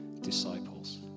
disciples